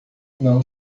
não